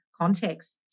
context